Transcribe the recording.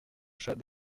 achat